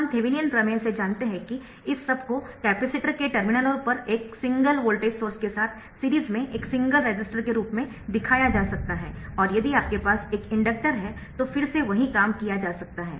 हम थेवेनिन प्रमेय से जानते है कि इस सब को कपैसिटर के टर्मिनलों पर एक सिंगल वोल्टेज सोर्स के साथ सीरीज में एक सिंगल रेसिस्टर के रूप में दिखाया जा सकता है और यदि आपके पास एक इंडक्टर है तो फिर से वही काम किया जा सकता है